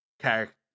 character